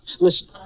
Listen